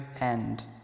end